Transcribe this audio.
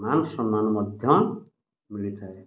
ମାନସମ୍ମାନ ମଧ୍ୟ ମିଳିଥାଏ